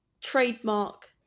trademark